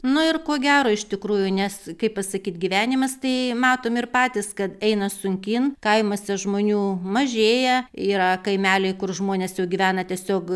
nu ir ko gero iš tikrųjų nes kaip pasakyt gyvenimas tai matom ir patys kad eina sunkyn kaimuose žmonių mažėja yra kaimeliai kur žmonės jau gyvena tiesiog